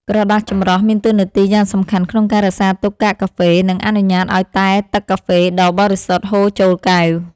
ក្រដាសចម្រោះមានតួនាទីយ៉ាងសំខាន់ក្នុងការរក្សាទុកកាកកាហ្វេ និងអនុញ្ញាតឱ្យតែទឹកកាហ្វេដ៏បរិសុទ្ធហូរចូលកែវ។